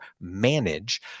manage